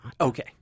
Okay